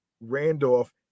Randolph